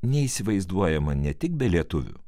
neįsivaizduojama ne tik be lietuvių